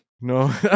no